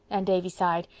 and davy sighed.